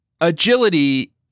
Agility